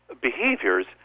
behaviors